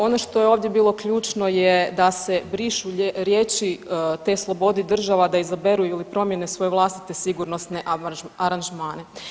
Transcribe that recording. Ono što je ovdje bilo ključno je da se brišu riječi te slobodi država da izaberu ili promjene svoje vlastite sigurnosne aranžmane.